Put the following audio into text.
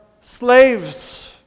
slaves